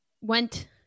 went